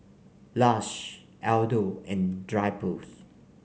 Lush Aldo and Drypers